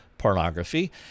pornography